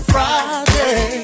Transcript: Friday